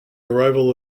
arrival